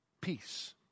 peace